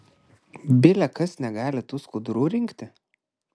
bile kas negali tų skudurų rinkti